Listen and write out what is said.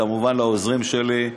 לעוזרים שלי,